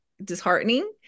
disheartening